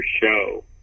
show